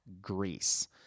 Greece